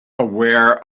aware